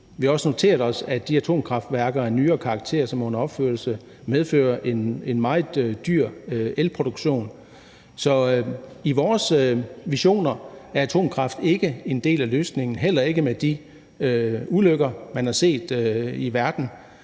Vi har også noteret os, at de atomkraftværker af nyere karakter, som er under opførelse, medfører en meget dyr elproduktion. Så i vores visioner er atomkraft ikke en del af løsningen, heller ikke med de ulykker, man har set i verden.